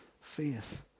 faith